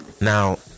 now